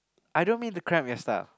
I don't mean to cramp your stuff